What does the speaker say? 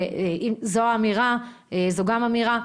אם זו האמירה זו גם אמירה.